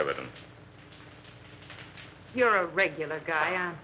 evidence you're a regular guy